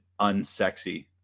unsexy